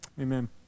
amen